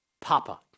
papa